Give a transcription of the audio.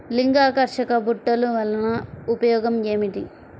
లింగాకర్షక బుట్టలు వలన ఉపయోగం ఏమిటి?